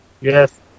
Yes